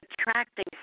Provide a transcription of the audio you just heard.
attracting